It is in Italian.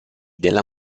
della